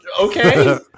Okay